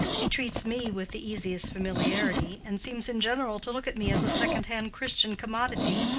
he treats me with the easiest familiarity, and seems in general to look at me as a second-hand christian commodity,